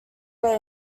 where